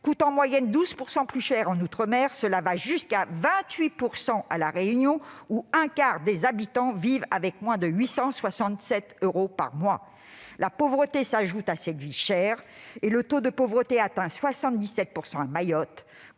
coûtent en moyenne 12 % plus cher en outre-mer, et même jusqu'à 28 % à La Réunion, où un quart des habitants vivent avec moins de 867 euros par mois. La pauvreté s'ajoute à cette « vie chère ». Le taux de pauvreté atteint ainsi 77 % à Mayotte,